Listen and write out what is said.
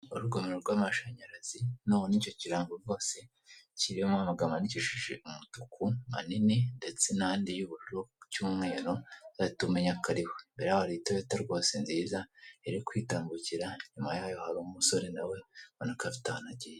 Urugomero rw' amashamyarazi ,nubona icyo kirango rwose kiriho amagambo yandikishije umutuku manini ndetse Nandi yubururu cy' umweru uzahite umenyako ari we, imbere yawo hari toyota rwose nziza iri kwitambukira, inyuma yayo hari umusore nawe ubonako afite ahantu agiye.